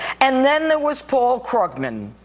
and then there was paul krugman.